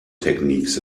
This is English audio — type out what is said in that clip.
techniques